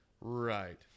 right